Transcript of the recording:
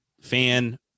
fan